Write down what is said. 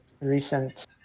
recent